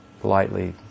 politely